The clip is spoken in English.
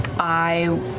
i,